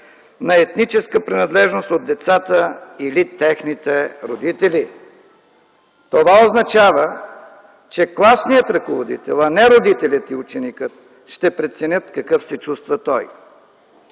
на етническа принадлежност от децата или техните родители”. Това означава, че класният ръководител, а не родителят и ученикът ще преценят какъв се чувства той.